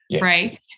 Right